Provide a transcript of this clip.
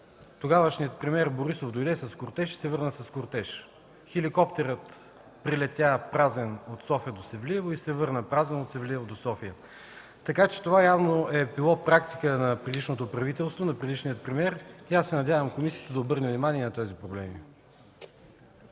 Тогавашният премиер Борисов дойде с кортеж и се върна с кортеж. Хеликоптерът прелетя празен от София до Севлиево и се върна празен от Севлиево до София. Явно това е било практика на предишното правителство, на предишния премиер. Надявам се комисията да обърне внимание на тези проблеми.